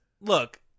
look